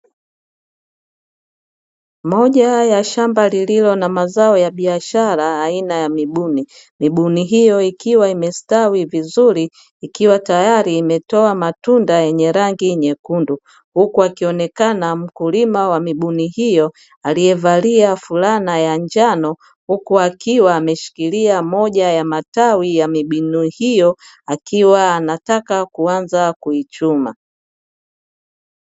Moja ya shamba lililo na mazao ya biashara aina ya mibuni, mibuni hiyo ikiwa imestawi vizuri, ikiwa tayari imetoa matunda yenye rangi nyekundu, huku akionekana mkulima wa mibuni hiyo aliye valia fulana ya njano huku akiwa ameshikilia moja ya matawi ya mibuni hiyo akiwa anataka kuanza kuichuma.